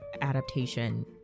adaptation